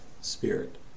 spirit